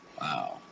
Wow